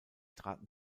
traten